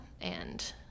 and-